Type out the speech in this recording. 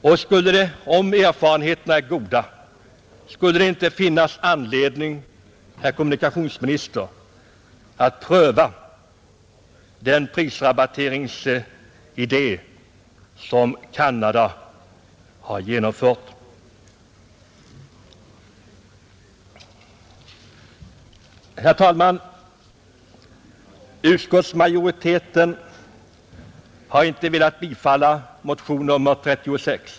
Och om erfarenheterna är goda, skulle det inte finnas anledning, herr kommunikationsminister, att pröva den prisrabatteringsidé som Canada har genomfört? Herr talman! Utskottsmajoriteten har inte velat biträda motionen 36.